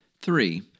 Three